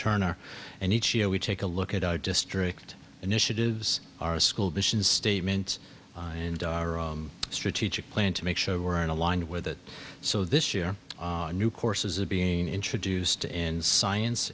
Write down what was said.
turner and each year we take a look at our district initiatives our school vision statement and daraa strategic plan to make sure we're in aligned with it so this year new courses are being introduced in science